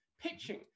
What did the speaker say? Pitching